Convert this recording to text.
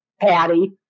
patty